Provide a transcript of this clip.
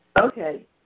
Okay